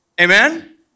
Amen